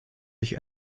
sich